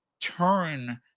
turn